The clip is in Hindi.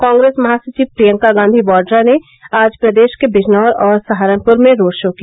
कांग्रेस महासचिव प्रियंका गांधी वाड़ा ने आज प्रदेश के बिजनौर और सहारनपुर में रोड़ शो किया